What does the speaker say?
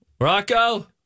Rocco